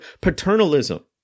paternalism